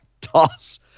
toss